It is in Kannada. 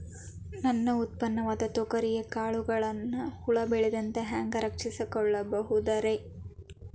ನನ್ನ ಉತ್ಪನ್ನವಾದ ತೊಗರಿಯ ಕಾಳುಗಳನ್ನ ಹುಳ ಬೇಳದಂತೆ ಹ್ಯಾಂಗ ರಕ್ಷಿಸಿಕೊಳ್ಳಬಹುದರೇ?